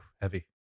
heavy